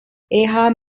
eher